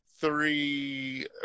three